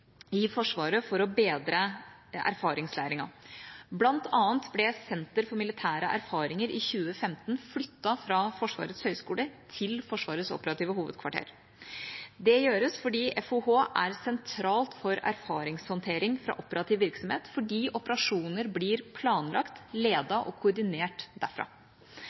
i Forsvaret for å bedre erfaringslæringen, bl.a. ble Senter for militære erfaringer i 2015 flyttet fra Forsvarets høgskole til Forsvarets operative hovedkvarter, FOH. Det gjøres fordi FOH er sentralt for erfaringshåndtering fra operativ virksomhet, fordi operasjoner blir planlagt, ledet og koordinert derfra.